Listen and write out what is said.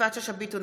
יפעת שאשא ביטון,